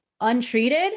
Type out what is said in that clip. untreated